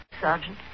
Sergeant